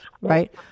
right